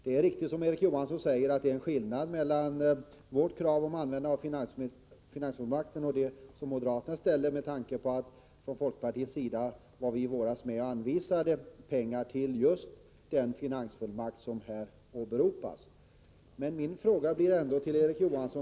Det är riktigt, som Erik Johansson säger, att det är skillnad mellan vårt krav på användande av finansfullmakten och på moderaternas krav, med tanke på att vi från folkpartiets sida i våras var med och anvisade pengar till just den finansieringsfullmakt som här åberopas.